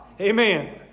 Amen